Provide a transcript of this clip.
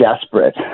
desperate